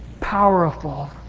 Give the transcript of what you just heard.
powerful